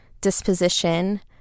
disposition